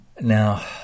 Now